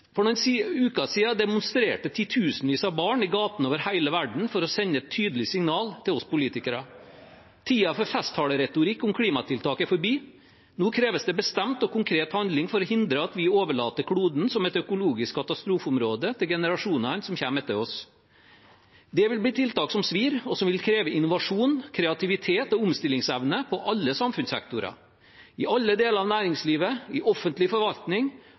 For noen uker siden demonstrerte titusenvis av barn i gatene over hele verden for å sende et tydelig signal til oss politikere. Tiden for festtaleretorikk om klimatiltak er forbi. Nå kreves det bestemt og konkret handling for å hindre at vi overlater kloden som et økologisk katastrofeområde til generasjonene som kommer etter oss. Det vil bli tiltak som svir, og som vil kreve innovasjon, kreativitet og omstillingsevne på alle samfunnssektorer, i alle deler av næringslivet, i offentlig forvaltning